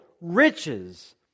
riches